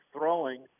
throwing